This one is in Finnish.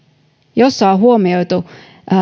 jossa on huomioitu